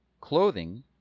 clothing